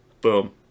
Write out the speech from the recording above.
Boom